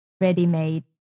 ready-made